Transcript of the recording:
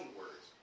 words